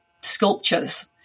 sculptures